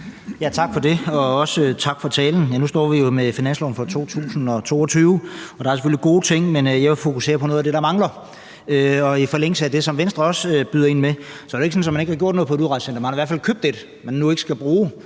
Tak for det, og også tak for talen. Nu står vi jo med finansloven for 2022, og der er selvfølgelig nogle gode ting, men jeg vil fokusere på noget af det, der mangler. I forlængelse af det, som Venstre også byder ind med, vil jeg sige, at det ikke er sådan, at man ikke ville have gjort noget for et udrejsecenter; man har i hvert fald købt et, man nu ikke skal bruge,